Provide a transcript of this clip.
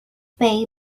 pay